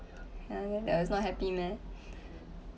!huh! that was not happy meh